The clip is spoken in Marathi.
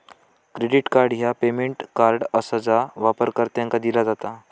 क्रेडिट कार्ड ह्या पेमेंट कार्ड आसा जा वापरकर्त्यांका दिला जात